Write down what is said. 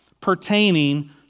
pertaining